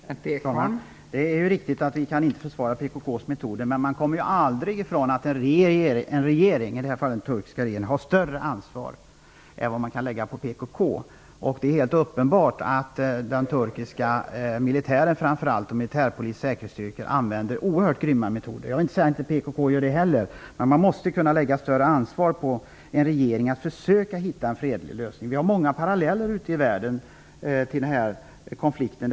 Fru talman! Det är riktigt att vi inte kan försvara PKK:s metoder. Men man kommer aldrig ifrån att en regering, i det här fallet den turkiska regeringen, har större ansvar än man kan lägga på PKK. Det är helt uppenbart att framför allt den turkiska militären -- militärpolis och säkerhetsstyrkor -- använder oerhört grymma metoder. Jag vill inte påstå att inte PKK gör det, men man måste kunna lägga större ansvar på en regering att försöka hitta en fredlig lösning. Vi har många paralleller till den här konflikten ute i världen.